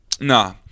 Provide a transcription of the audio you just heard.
Nah